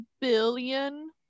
billion